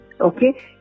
okay